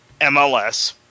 MLS